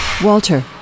Walter